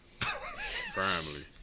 Family